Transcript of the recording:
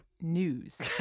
news